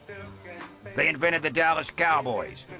they invented the dallas cowboys,